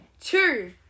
two